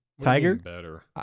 Tiger